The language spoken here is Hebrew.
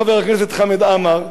חבר הכנסת חמד עמאר,